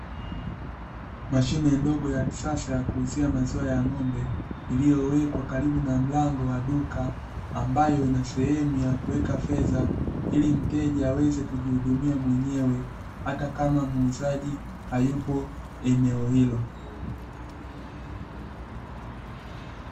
Mashine ndogo ya kisasa ya kuuzia maziwa ya ng'ombe, iliyowekwa karibu na mlango wa duka ambayo ina sehemu ya kuweka fedha, ili mteja aweze kujihudumia mwenyewe, hata kama muuzaji hayupo eneo hilo.